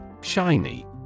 Shiny